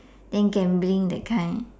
then gambling that kind